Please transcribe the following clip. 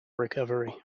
recovery